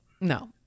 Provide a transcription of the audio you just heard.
No